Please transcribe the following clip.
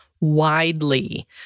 widely